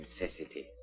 necessity